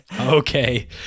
Okay